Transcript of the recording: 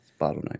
Bottleneck